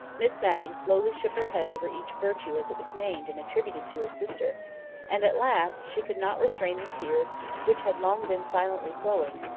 miss matty slowly shook her head over each virtue as it was named and attributed to her sister and at last she could not restrain the tears which had long been silently flowing,